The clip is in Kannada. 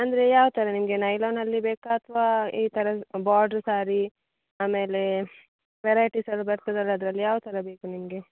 ಅಂದರೆ ಯಾವ ಥರ ನಿಮಗೆ ನೈಲಾನಲ್ಲಿ ಬೇಕಾ ಅಥವಾ ಈ ಥರ ಬಾರ್ಡ್ರ್ ಸಾರಿ ಆಮೇಲೆ ವೆರೈಟಿಸ್ ಅದು ಬರ್ತದಲ್ವ ಅದರಲ್ಲಿ ಯಾವ ಥರ ಬೇಕು ನಿಮಗೆ